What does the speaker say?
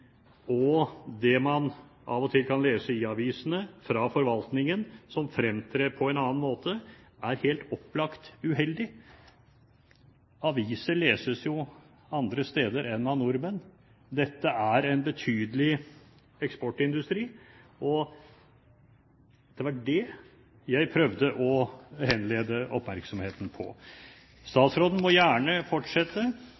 og det man av og til kan lese i avisene fra forvaltningen som fremtrer på en annen måte, er helt opplagt uheldig. Avisene leses jo også av andre enn nordmenn. Dette er en betydelig eksportindustri, og det var det jeg prøvde å henlede oppmerksomheten på.